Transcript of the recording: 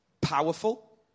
Powerful